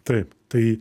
taip tai